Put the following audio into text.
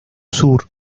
sur